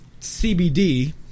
CBD